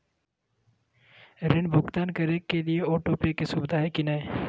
ऋण भुगतान करे के लिए ऑटोपे के सुविधा है की न?